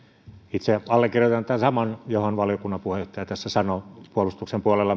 itse allekirjoitan tämän saman jonka valiokunnan puheenjohtaja sanoi puolustuksen puolella